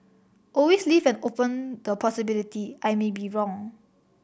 always leave open the possibility I may be wrong